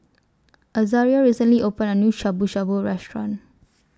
Azaria recently opened A New Shabu Shabu Restaurant